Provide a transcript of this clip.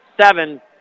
seven